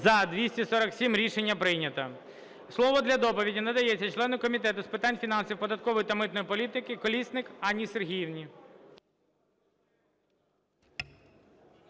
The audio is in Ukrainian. За-247 Рішення прийнято. Слово для доповіді надається члену Комітету з питань фінансів, податкової та митної політики Колісник Анні Сергіївні.